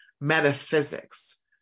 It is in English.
metaphysics